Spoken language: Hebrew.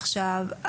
עכשיו,